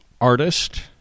artist